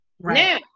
Now